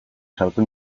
sartu